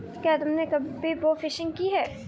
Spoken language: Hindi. क्या तुमने कभी बोफिशिंग की है?